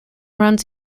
runs